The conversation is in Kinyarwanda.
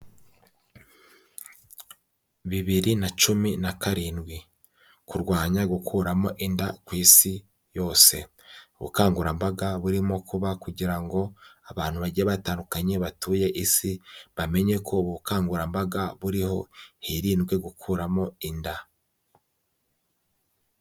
Bibiri na cumi na karindwi kurwanya gukuramo inda ku Isi yose, ubukangurambaga burimo kuba kugira ngo abantu bagiye batandukanye batuye Isi bamenye ko ubukangurambaga buriho hirindwe gukuramo inda.